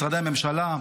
משרדי הממשלה,